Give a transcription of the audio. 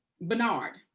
Bernard